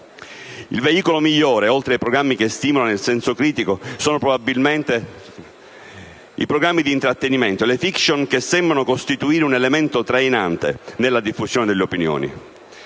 Il veicolo migliore, oltre ai programmi che stimolano il senso critico, sono probabilmente i programmi di intrattenimento, le *fiction*, che sembrano costituire un elemento trainante nella diffusione delle opinioni.